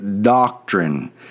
doctrine